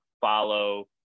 follow